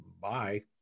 bye